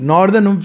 Northern